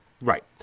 Right